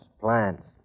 plans